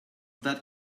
that